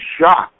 shocked